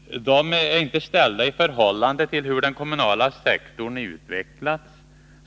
De är inte ställda i förhållande till hur den kommunala sektorn utvecklats.